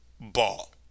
ball